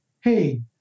Hey